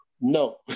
No